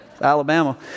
Alabama